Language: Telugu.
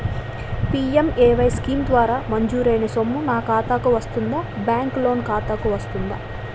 పి.ఎం.ఎ.వై స్కీమ్ ద్వారా మంజూరైన సొమ్ము నా ఖాతా కు వస్తుందాబ్యాంకు లోన్ ఖాతాకు వస్తుందా?